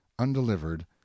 Undelivered